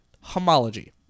homology